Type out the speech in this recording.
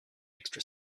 extra